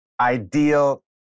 ideal